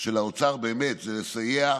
של האוצר באמת זה לסייע,